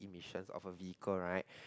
emissions of a vehicle right